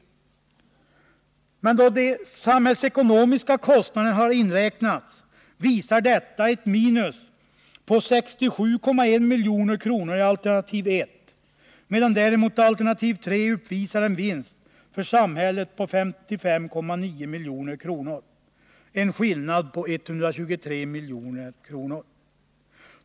När emellertid de samhällsekonomiska kostnaderna inräknas ger jämförelsen ett minus på 67,1 milj.kr. i alternativ 1, medan den i alternativ 3 ger en vinst för samhället på 55,9 milj.kr., alltså en skillnad på 123 milj.kr.